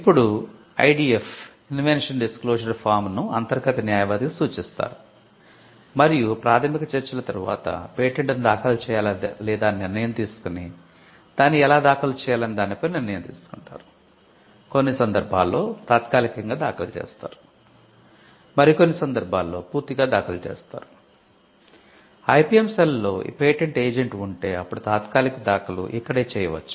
ఇప్పుడు ఐడిఎఫ్ లో patent agent ఉంటే అప్పుడు తాత్కాలిక దాఖలు ఇక్కడే చేయవచ్చు